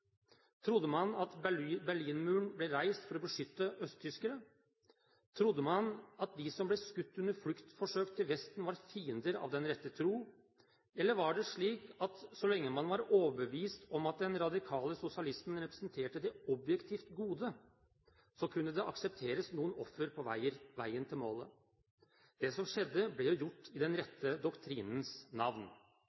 Trodde man at Berlinmuren ble reist for å beskytte østtyskere? Trodde man at de som ble skutt under fluktforsøk til Vesten, var fiender av den rette tro? Eller var det slik at så lenge man var overbevist om at den radikale sosialismen representerte det objektivt gode, så kunne det aksepteres noen offer på veien til målet? Det som skjedde, ble jo gjort i den